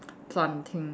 planting